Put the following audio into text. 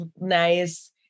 nice